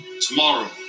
tomorrow